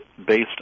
based